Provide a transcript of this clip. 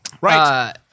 Right